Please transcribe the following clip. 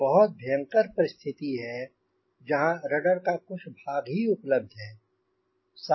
यह बहुत भयंकर परिस्थिति है यहांँ रडर का कुछ भाग ही उपलब्ध है